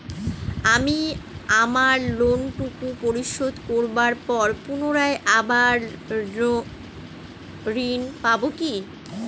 আমি আমার লোন টুকু পরিশোধ করবার পর পুনরায় আবার ঋণ পাবো কি?